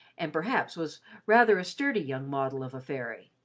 and perhaps was rather a sturdy young model of a fairy.